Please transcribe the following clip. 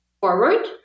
forward